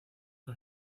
que